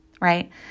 right